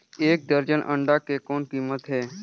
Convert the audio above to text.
एक दर्जन अंडा के कौन कीमत हे?